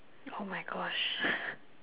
!oh-my-gosh!